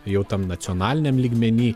jau tam nacionaliniam lygmeny